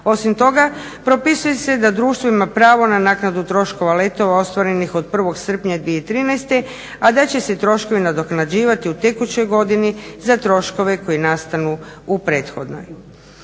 Osim toga propisuje se da društvo ima pravo na naknadu troškova letova ostvarenih od 1. srpnja 2013. a da će se troškovi nadoknađivati u tekućoj godini za troškove koji nastanu u prethodnoj.